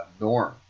norm